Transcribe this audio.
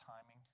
timing